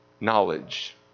knowledge